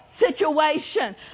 situation